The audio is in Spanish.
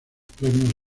premios